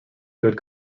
good